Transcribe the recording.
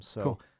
Cool